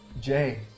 Jay